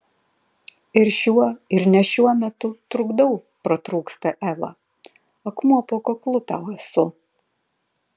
ir šiuo ir ne šiuo metu trukdau pratrūksta eva akmuo po kaklu tau esu